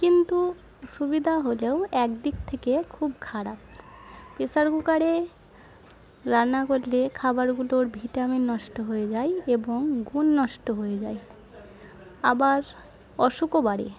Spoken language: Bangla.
কিন্তু সুবিধা হলেও একদিক থেকে খুব খারাপ প্রেসার কুকারে রান্না করলে খাবারগুলোর ভিটামিন নষ্ট হয়ে যায় এবং গুণ নষ্ট হয়ে যায় আবার অসুখও বাড়ে